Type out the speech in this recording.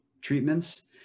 treatments